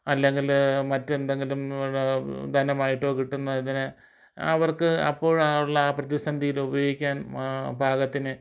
അല്ലെങ്കിൽ മറ്റ് എന്തെങ്കിലും ധനമായിട്ടോ കിട്ടുന്നതിനെ അവർക്ക് അപ്പോൾ ആ ഉള്ള പ്രതിസന്ധിയിൽ ഉപയോഗിക്കാൻ പാകത്തിന്